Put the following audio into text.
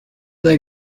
they